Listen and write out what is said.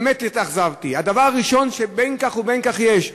באמת התאכזבתי, הדבר הראשון, שבין כך ובין כך יש.